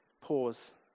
pause